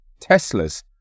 Teslas